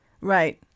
Right